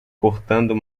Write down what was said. cortando